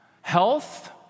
Health